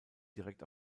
direkt